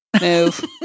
Move